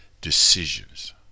decisions